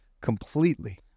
completely